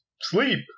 sleep